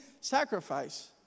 sacrifice